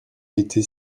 été